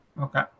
okay